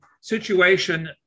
situation